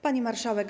Pani Marszałek!